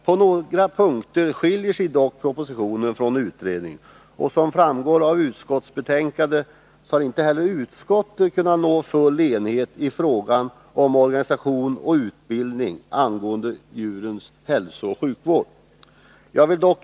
På några punkter skiljer sig propositionen från utredningen, och som framgår av utskottsbetänkandet har inte heller utskottet kunnat nå full enighet i frågan om organisation och utbildning angående djurens hälsooch sjukvård.